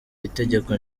itegeko